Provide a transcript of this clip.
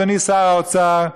אדוני שר האוצר,